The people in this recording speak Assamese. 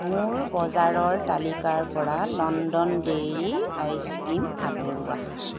মোৰ বজাৰৰ তালিকাৰ পৰা লণ্ডন ডেইৰী আইচক্ৰীম আঁতৰোৱা